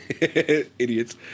Idiots